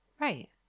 Right